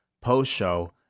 post-show